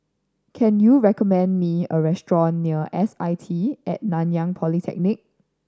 can you recommend me a restaurant near S I T At Nanyang Polytechnic